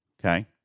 Okay